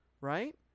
right